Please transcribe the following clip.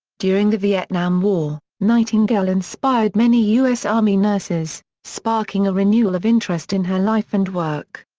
during the vietnam war, nightingale inspired many us army nurses, sparking a renewal of interest in her life and work.